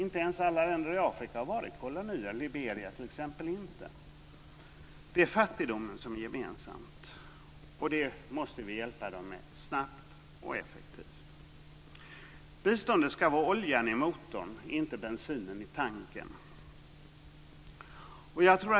Men alla länder i Afrika har inte varit kolonier, t.ex. Liberia har inte varit det. Det är fattigdomen som är gemensam och den måste vi hjälpa dem med snabbt och effektivt. Biståndet ska vara oljan i motorn, inte bensinen i tanken.